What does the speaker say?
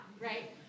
right